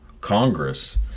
Congress